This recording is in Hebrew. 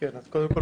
קודם כל,